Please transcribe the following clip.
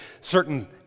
certain